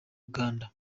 uganda